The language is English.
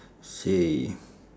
same